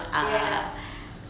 ya